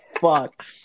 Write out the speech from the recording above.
fuck